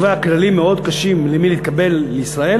הוא קובע כללים מאוד קשים להתקבל לישראל,